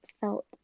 felt